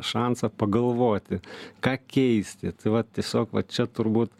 šansą pagalvoti ką keisti tai va tiesiog va čia turbūt